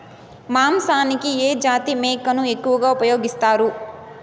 మాంసానికి ఏ జాతి మేకను ఎక్కువగా ఉపయోగిస్తారు?